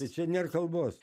tai čia nėr kalbos